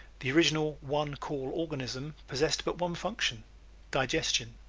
the original one-call organism possessed but one function digestion.